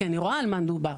כי אני רואה על מה מדובר.